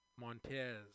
Montez